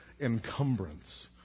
encumbrance